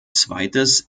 zweites